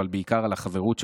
אבל בעיקר על החברות שבדרך.